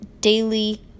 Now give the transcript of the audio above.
daily